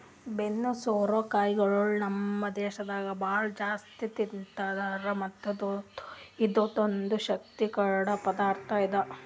ಬೆನ್ನು ಸೋರೆ ಕಾಯಿಗೊಳ್ ನಮ್ ದೇಶದಾಗ್ ಭಾಳ ಜಾಸ್ತಿ ತಿಂತಾರ್ ಮತ್ತ್ ಇದುರ್ದಾಗ್ ಶಕ್ತಿ ಕೊಡದ್ ಪದಾರ್ಥ ಇರ್ತದ